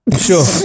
sure